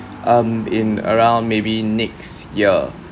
um in around maybe next year